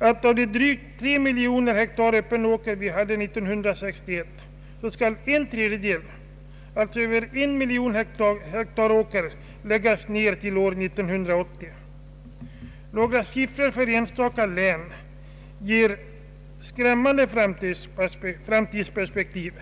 att av de drygt tre miljoner hektar öppen åker vi hade 1966 skall en tredjedel, alltså över en miljon hektar åker, läggas ned till år 1980? Några siffror för enstaka län ger skrämmande framtidsperspektiv.